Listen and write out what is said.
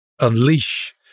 unleash